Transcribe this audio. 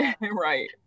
Right